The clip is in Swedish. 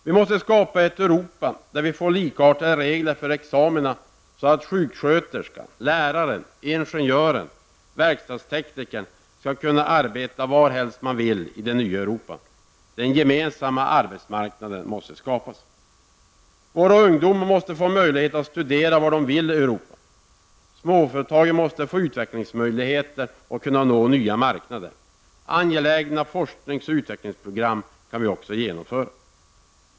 Vi måste skapa ett Europa där vi får likartade regler för examina, så att sjuksköterskan, läraren, ingenjören, verkstadsteknikern kan arbeta var helst hon eller han vill i det nya Europa. En gemensam arbetsmarknad måste skapas. Våra ungdomar måste få möjlighet att studera var de vill i Europa. Småföretagen måste få utvecklingsmöjligheter och kunna nå nya marknader. Angelägna forsknings och utvecklingsprogram kan vi också genomföra.